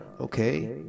okay